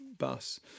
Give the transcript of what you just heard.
bus